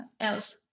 else